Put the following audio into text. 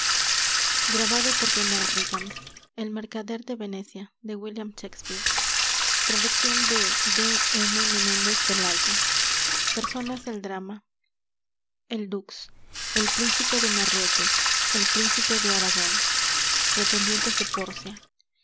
el mercader de venecia traduccion de d m menendez pelayo ilustracion de adolfo schmitz grabados de c h schulze personas del drama el dux el príncipe de marruecos el príncipe de aragon pretendientes de pórcia